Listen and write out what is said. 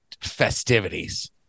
festivities